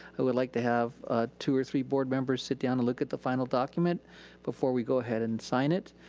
i would like to have ah two or three board members sit down to look at the final document before we go ahead and sign it.